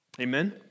Amen